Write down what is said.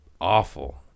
awful